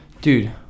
Dude